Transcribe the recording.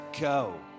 go